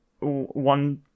one